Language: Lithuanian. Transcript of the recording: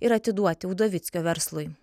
ir atiduoti udovickio verslui